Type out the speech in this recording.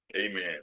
Amen